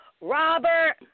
Robert